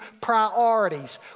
priorities